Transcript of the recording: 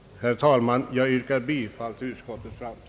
Herr talman! Jag yrkar bifall till utskottets hemställan.